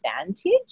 advantage